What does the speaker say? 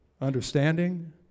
understanding